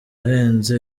ahenze